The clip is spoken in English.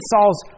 Saul's